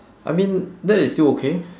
I mean that is still okay